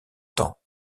temps